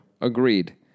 Agreed